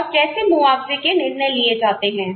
और कैसे मुआवजे के निर्णय लिए जाते हैं